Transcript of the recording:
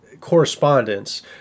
correspondence